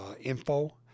Info